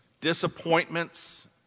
disappointments